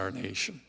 our nation